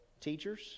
teachers